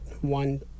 one